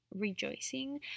rejoicing